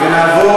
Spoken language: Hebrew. אני קובע